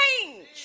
change